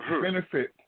benefit